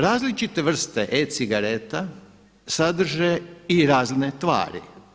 Različite vrste e-cigareta sadrže i razne tvari.